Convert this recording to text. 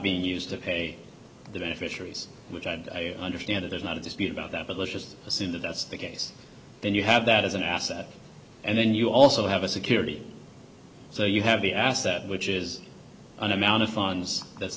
being used to pay the beneficiaries which i understand it is not a dispute about that but let's just assume that that's the case then you have that as an asset and then you also have a security so you have the asset which is an amount of funds that's